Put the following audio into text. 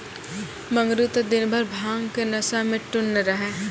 मंगरू त दिनभर भांग के नशा मॅ टुन्न रहै